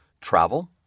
travel